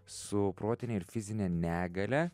su protine ir fizine negalia